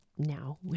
Now